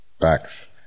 facts